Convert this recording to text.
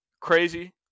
crazy